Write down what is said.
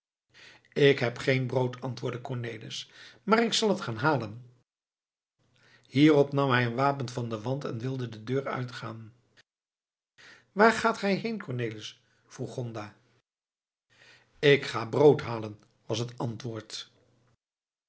ik heb geen brood antwoordde cornelis maar ik zal het gaan halen hierop nam hij een wapen van den wand en wilde de deur uitgaan waar gaat gij heen cornelis vroeg gonda ik ga brood halen was het antwoord